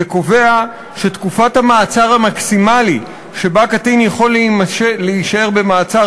וקובעת שתקופת המעצר המקסימלית שבה קטין יכול להישאר במעצר